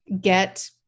get